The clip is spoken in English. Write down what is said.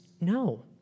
No